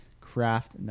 Craft